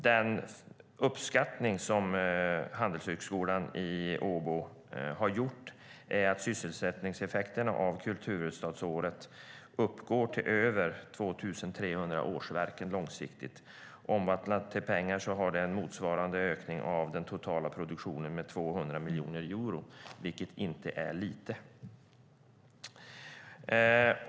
Den uppskattning som handelshögskolan i Åbo har gjort är att sysselsättningseffekterna av kulturhuvudstadsåret uppgår till över 2 300 årsverken långsiktigt. Omvandlat till pengar hade det motsvarat en ökning av den totala produktionen med 200 miljoner euro, vilket inte är lite.